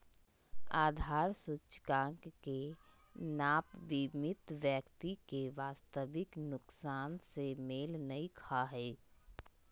आधार सूचकांक के नाप बीमित व्यक्ति के वास्तविक नुकसान से मेल नय खा हइ